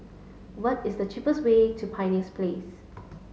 what is the cheapest way to Pioneer Place